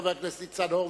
חבר הכנסת ניצן הורוביץ,